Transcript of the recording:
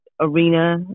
arena